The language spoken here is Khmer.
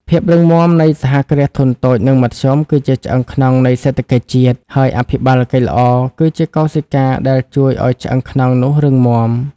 ភាពរឹងមាំនៃ សហគ្រាសធុនតូច និងមធ្យម គឺជាឆ្អឹងខ្នងនៃសេដ្ឋកិច្ចជាតិ ហើយអភិបាលកិច្ចល្អគឺជាកោសិកាដែលជួយឱ្យឆ្អឹងខ្នងនោះរឹងមាំ។